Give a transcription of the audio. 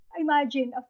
Imagine